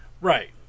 Right